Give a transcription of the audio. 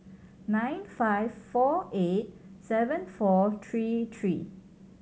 nine five four eight seven four three three